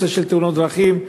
תאונות דרכים.